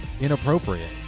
inappropriate